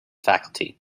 faculty